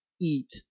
eat